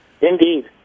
indeed